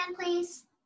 please